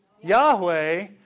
Yahweh